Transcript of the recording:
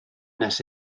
nes